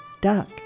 duck